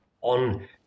on